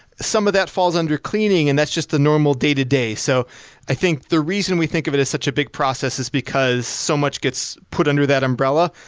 some of that falls under cleaning, and that's just the normal day-to-day. so i think the reason we think of it as such a big process is because so much gets put under that umbrella.